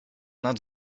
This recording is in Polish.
nad